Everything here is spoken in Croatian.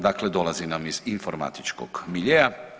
Dakle dolazi nam iz informatičkog miljea.